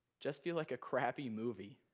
just feel like a crappy movie,